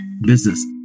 business